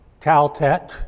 Caltech